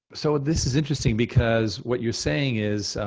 so this is interesting because, what you're saying is,